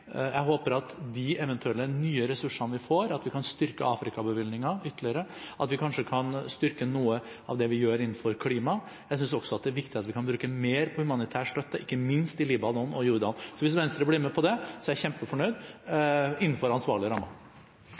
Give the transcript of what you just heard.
Jeg håper at vi med de eventuelle nye ressursene vi får, kan styrke Afrika-bevilgningen ytterligere, at vi kanskje kan styrke noe av det vi gjør innenfor klima. Jeg synes også at det er viktig at vi kan bruke mer på humanitær støtte, ikke minst i Libanon og Jordan. Hvis Venstre blir med på det innenfor forsvarlige rammer, er jeg kjempefornøyd.